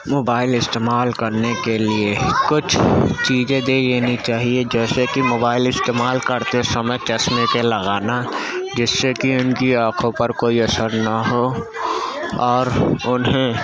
mobile استعمال کرنے کے لیے کچھ چیزیں دے دینی چاہیے جیسے کہ موبائل استعمال کرتے سمئے چشمے کے لگانا جس سے کہ ان کی آنکھوں پر کوئی اثر ںہ ہو اور انہیں